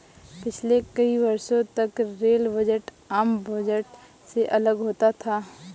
पिछले कई वर्षों तक रेल बजट आम बजट से अलग होता था